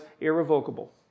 irrevocable